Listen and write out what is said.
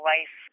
Life